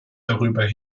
darüber